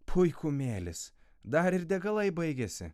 puikumėlis dar ir degalai baigėsi